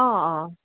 অ অ